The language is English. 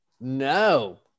No